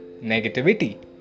negativity